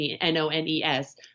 N-O-N-E-S